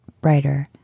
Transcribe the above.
brighter